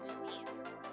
movies